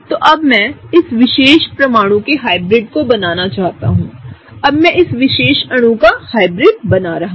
तो अब मैं इस विशेष परमाणु के हाइब्रिड को बनाना चाहता हूंअब मैं इस विशेष अणु का हाइब्रिड बनाना चाहता हूं